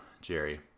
Jerry